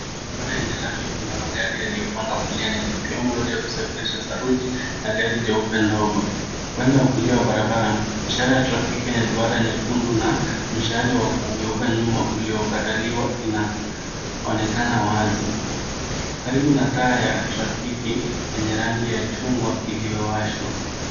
Barabara yenye lami ina magari yaliopanga foleni likiwemo lori ya kusafirisha saruji na gari jeupe ndogo. Upande wa kulia wa barabara ishara ya trafiki yenye duara nyekundu na mshale wa kugeuka nyuma uliokataliwa inaonekana wazi, karibu na taa ya trafiki yenye rangi ya chungwa iliowashwa.